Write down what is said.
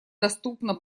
доступно